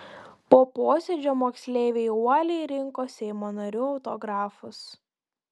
po posėdžio moksleiviai uoliai rinko seimo narių autografus